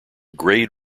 grade